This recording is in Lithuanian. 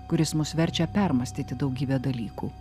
kuris mus verčia permąstyti daugybę dalykų